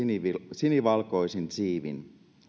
sinivalkoisin siivin